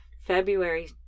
February